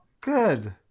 good